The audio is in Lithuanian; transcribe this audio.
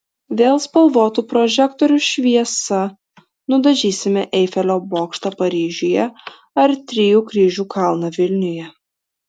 vėl spalvotų prožektorių šviesa nudažysime eifelio bokštą paryžiuje ar trijų kryžių kalną vilniuje